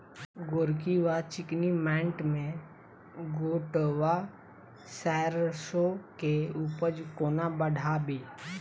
गोरकी वा चिकनी मैंट मे गोट वा सैरसो केँ उपज कोना बढ़ाबी?